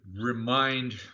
remind